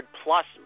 plus